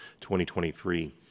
2023